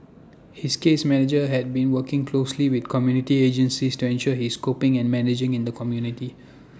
his case manager had been working closely with community agencies to ensure he is coping and managing in the community